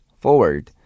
forward